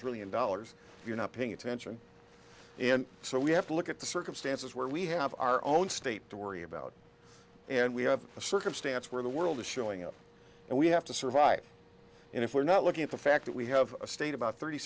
trillion dollars we're not paying attention and so we have to look at the circumstances where we have our own state to worry about and we have a circumstance where the world is showing up and we have to survive and if we're not looking at the fact that we have a state about thirty